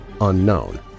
unknown